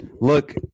look